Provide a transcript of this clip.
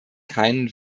keinen